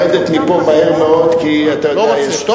לרדת מפה מהר מאוד, כי אתה יודע שיש, לא רוצה?